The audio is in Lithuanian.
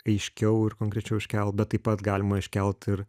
aiškiau ir konkrečiau iškelt bet taip pat galima iškelt ir